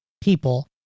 people